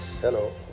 hello